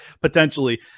potentially